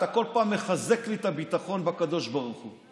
אתה כל פעם מחזק לי את הביטחון בקדוש ברוך הוא.